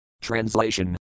Translation